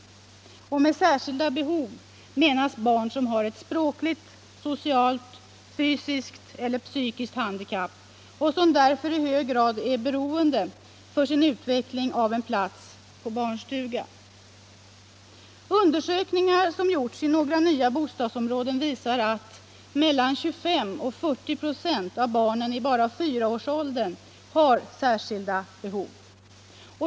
Med barn med särskilda behov menas barn som har ett språkligt, socialt, fysiskt eller psykiskt handikapp och som därför för sin utveckling i hög grad är beroende av en plats på barnstuga. Undersökningar som har gjorts i några nya bostadsområden visar att mellan 25 och 40 ", av barnen i fyraårsåldern har särskilda behov.